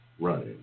running